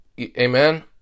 Amen